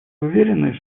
уверены